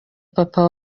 papa